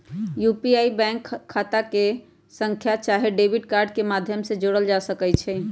UPI में bank खता के खता संख्या चाहे डेबिट कार्ड के माध्यम से जोड़ल जा सकइ छै